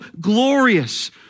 glorious